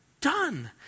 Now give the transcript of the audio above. done